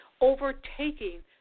overtaking